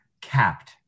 capped